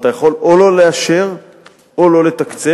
אתה יכול או לא לאשר או לא לתקצב,